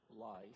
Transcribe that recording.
life